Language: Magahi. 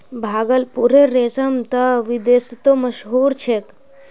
भागलपुरेर रेशम त विदेशतो मशहूर छेक